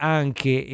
anche